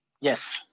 Yes